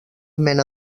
mena